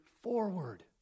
forward